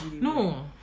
No